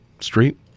Street